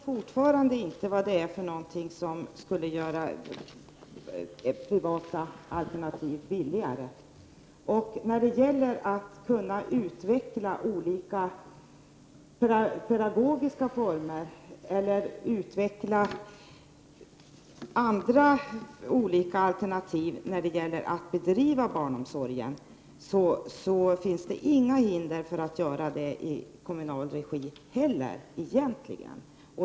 Herr talman! Jag förstår fortfarande inte vad det är som skulle göra privata alternativ billigare. Det finns egentligen inga hinder mot att utveckla olika pedagogiska former eller alternativa former inom den kommunala barnomsorgen.